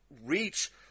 reach